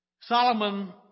Solomon